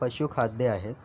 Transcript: पशुखाद्यं आहेत